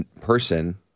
person